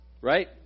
right